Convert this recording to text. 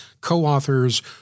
co-authors